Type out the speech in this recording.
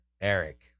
Eric